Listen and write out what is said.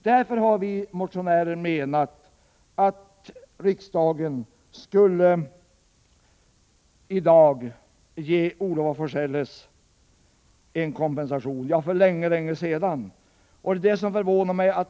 Därför har vi motionärer ansett att riksdagen i dag skulle ge Olof af Forselles en kompensation — att det inte har skett för länge sedan förvånar mig.